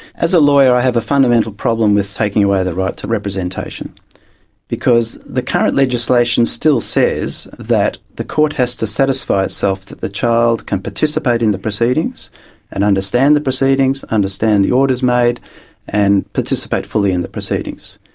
as a lawyer i have a fundamental problem with taking away the right to representation because the current legislation still says that the court has to satisfy itself that the child can participate in the proceedings and understand the proceedings, understand understand the orders made and participate fully in the proceedings.